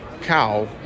cow